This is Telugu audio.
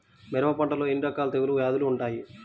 మిరప పంటలో ఎన్ని రకాల తెగులు వ్యాధులు వుంటాయి?